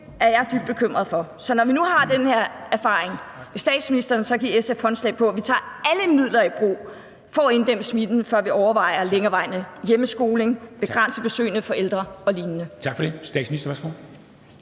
er jeg også dybt bekymret for. Så når vi nu har den her erfaring, vil statsministeren så give SF håndslag på, at vi tager alle midler i brug for at inddæmme smitten, før vi overvejer længerevarende hjemmeskole, begrænsning af besøgene hos ældre og lignende?